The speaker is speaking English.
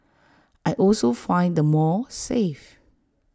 I also find the mall safe